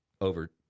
over